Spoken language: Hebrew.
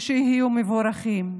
ושיהיו מבורכים.